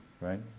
right